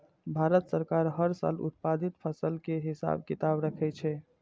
भारत सरकार हर साल उत्पादित फसल केर हिसाब किताब राखै छै